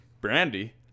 Brandy